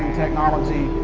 technology,